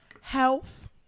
health